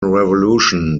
revolution